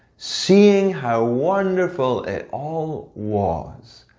seeing how wonderful it all was,